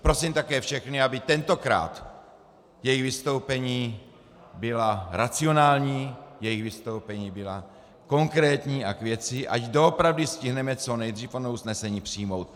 Prosím také všechny, aby tentokrát jejich vystoupení byla racionální, jejich vystoupení byla konkrétní a k věci, ať doopravdy stihneme co nejdřív ono usnesení přijmout.